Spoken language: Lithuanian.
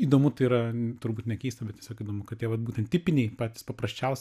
įdomu tai yra turbūt nekeista bet tiesiog įdomu kad tie vat būtent tipiniai patys paprasčiausi